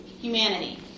humanity